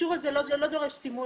האישור הזה לא דורש סימון